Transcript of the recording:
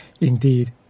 indeed